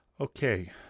Okay